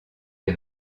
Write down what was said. des